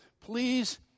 please